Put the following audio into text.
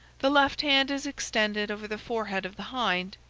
the left hand is extended over the forehead of the hind,